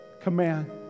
command